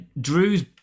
Drew's